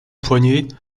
poignées